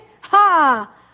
Ha